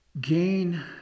gain